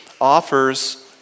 offers